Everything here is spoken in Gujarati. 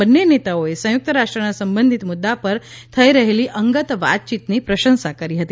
બંને નેતાઓએ સંયુક્ત રાષ્ટ્રના સંબંધિત મુદ્દા પર થઈ રહેલી અંગત વાતચીતની પ્રશંસા કરી હતી